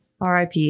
RIP